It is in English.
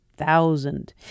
thousand